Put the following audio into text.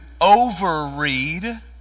overread